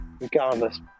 regardless